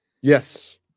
yes